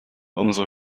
umso